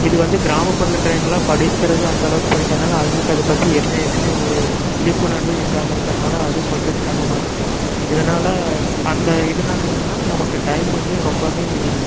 இது வந்து கிராமபுறத்தில இருக்கிறவங்கலாம் படிக்கிறது அந்த அளவுக்கு படிக்காததினால அவங்களுக்கு அதை பற்றி என்ன ஏதுனு ஒரு விழிப்புணர்வு இல்லாமல் இருக்கிறனால அது கொஞ்சம் சிரமமாக இருக்கு இதனால் அந்த இதனால என்னன்னா நமக்கு டைம் வந்து ரொம்பவும்